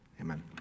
Amen